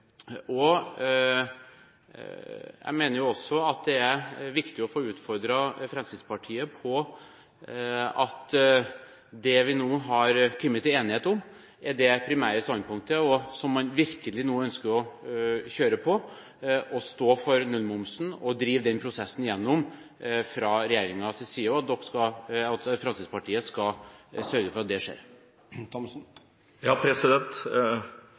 i. Jeg mener også at det er viktig å få utfordret Fremskrittspartiet på om det vi nå har kommet til enighet om, er det primære standpunktet som man nå virkelig ønsker å kjøre på og stå for nullmomsen og drive den prosessen gjennom fra regjeringens side, og om Fremskrittspartiet vil sørge for at det skjer.